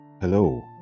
Hello